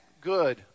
good